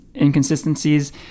inconsistencies